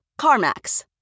CarMax